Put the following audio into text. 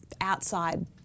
outside